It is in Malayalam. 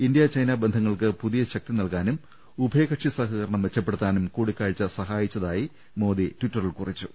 ഇന്ത്യാ ചൈന ബന്ധങ്ങൾക്ക് പുതിയ ശക്തിനൽകാനും ഉഭയ കക്ഷി സഹകരണം മെച്ചപ്പെടുത്താനും കൂടിക്കാഴ്ച സഹായിച്ചതായി മോദി ട്വിറ്ററിൽ കുറിച്ചു